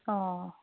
ꯑꯣ